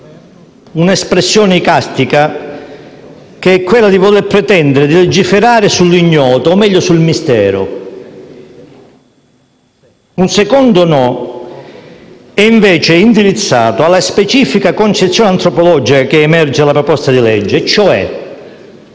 un'espressione icastica: si pretende «di legiferare sull'ignoto o, meglio, sul mistero». Un secondo no è invece indirizzato alla specifica concezione antropologica che emerge dalla proposta di legge, e cioè